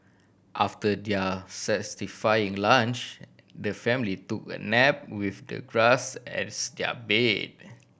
after their satisfying lunch the family took a nap with the grass as their bed